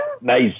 Nice